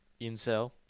incel